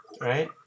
right